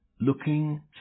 looking